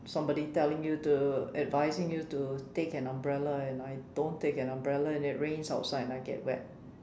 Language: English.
somebody telling you to advising you to take an umbrella and I don't take an umbrella and it rains outside and I get wet